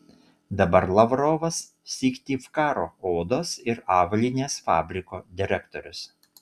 dabar lavrovas syktyvkaro odos ir avalynės fabriko direktorius